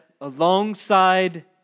alongside